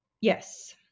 Yes